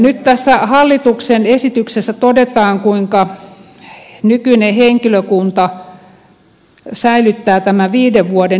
nyt tässä hallituksen esityksessä todetaan kuinka nykyinen henkilökunta säilyttää tämän viiden vuoden irtisanomissuojan